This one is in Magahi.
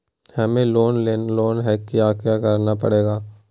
हमें लोन लेना है क्या क्या करना पड़ेगा?